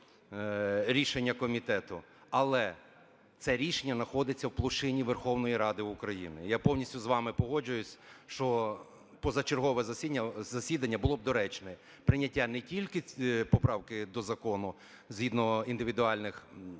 рішення комітету, але це рішення находиться в площині Верховної Ради України. Я повністю з вами погоджуюся, що позачергове засідання було б доручне. Прийняття не тільки поправки до закону згідно індивідуальних СЕС,